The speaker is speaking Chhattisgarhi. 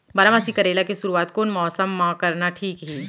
बारामासी करेला के शुरुवात कोन मौसम मा करना ठीक हे?